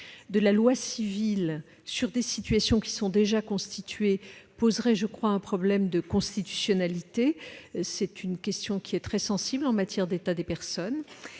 de la loi civile sur des situations déjà constituées poserait un problème de constitutionnalité. C'est une question très sensible en matière d'état des personnes.